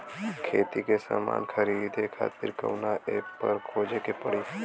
खेती के समान खरीदे खातिर कवना ऐपपर खोजे के पड़ी?